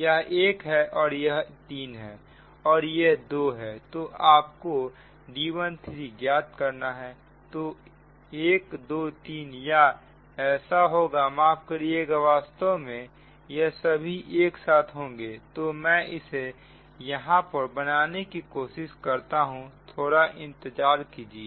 यह 1 है और यह 3 है और ये 2 है तो आपको D13 ज्ञात करना है तो 123 या ऐसा होगा माफ करिएगा वास्तव में यह सभी एक साथ होंगे तो मैं इसे यहां पर बनाने का कोशिश करता हूं थोड़ा इंतजार कीजिए